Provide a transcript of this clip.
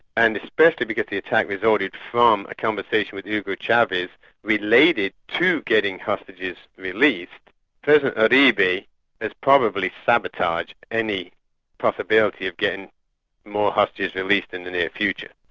and especially because the attack resulted from a conversation with hugo chavez related to getting hostages released, president ah uribe has probably sabotaged any possibility of getting more hostages released in the near future.